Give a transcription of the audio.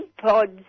pods